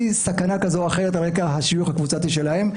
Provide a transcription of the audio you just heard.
סכנה כזאת או אחרת על רקע השיוך הקבוצתי שלהם.